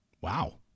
Wow